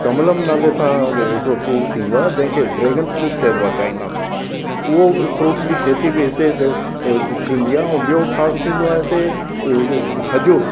कमलनि नाले सां हिकिड़ो फ़्रूट थींदो आहे तंहिं खे ड्रेगन फ़्रूट चइबो आहे चाइना जो उहो फ़्रूट जी खेती बि हिते थींदी आहे ऐं ॿियो ख़ासि थींदो आहे हिते खजूर